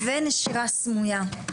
ונשירה סמוייה.